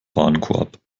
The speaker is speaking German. warenkorb